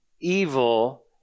evil